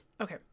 Okay